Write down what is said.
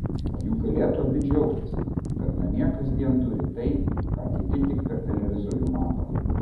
o juk galėtų abi džiaugtis kad namie kasdien turi tai ką kiti tik per televizorių mato